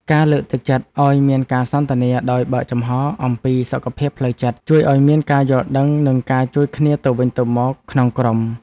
ការលើកទឹកចិត្តឱ្យមានការសន្ទនាដោយបើកចំហរអំពីសុខភាពផ្លូវចិត្ត ជួយឱ្យមានការយល់ដឹងនិងការជួយគ្នាទៅវិញទៅមកក្នុងក្រុម។